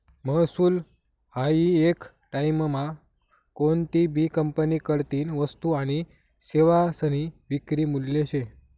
महसूल हायी येक टाईममा कोनतीभी कंपनीकडतीन वस्तू आनी सेवासनी विक्री मूल्य शे